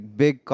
big